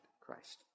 Christ